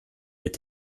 mit